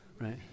right